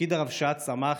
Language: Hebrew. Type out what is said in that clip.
תפקיד הרבש"צ צמח,